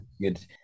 good